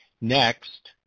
Next